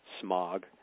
smog